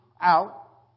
out